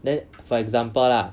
then for example lah